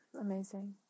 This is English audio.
Amazing